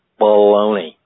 baloney